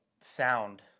sound